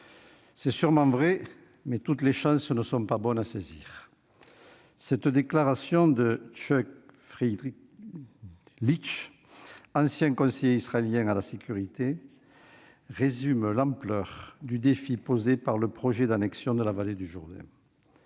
C'est sûrement vrai. Mais toutes les chances ne sont pas bonnes à saisir. » Cette déclaration de Chuck Freilich, ancien conseiller israélien à la sécurité, résume l'ampleur du défi posé par le projet d'annexion de la vallée du Jourdain.